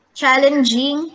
challenging